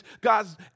God's